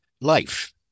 life